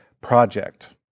project